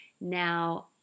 Now